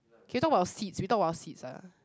can you talk about seeds we talk about seeds ah